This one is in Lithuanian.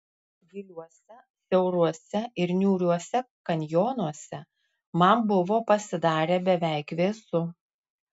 giliuose siauruose ir niūriuose kanjonuose man buvo pasidarę beveik vėsu